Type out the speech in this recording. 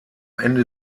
ende